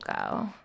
go